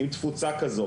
עם תפוצה כזו,